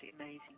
amazing